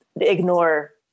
ignore